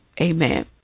Amen